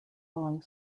long